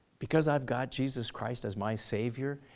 because i've got jesus christ as my savior,